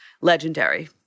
legendary